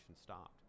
stopped